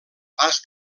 pas